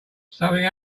something